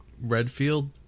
Redfield